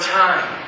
time